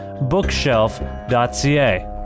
bookshelf.ca